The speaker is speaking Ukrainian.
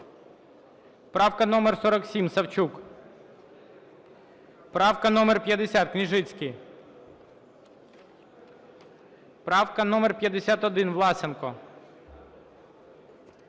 Правка номер 47, Савчук. Правка номер 50, Княжицький. Правка номер 51, Власенко.